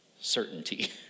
certainty